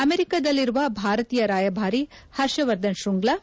ಅಮೆರಿಕದಲ್ಲಿರುವ ಭಾರತೀಯ ರಾಯಭಾರಿ ಹರ್ಷವರ್ಧನ್ ಕೃಂಗ್ಲಾ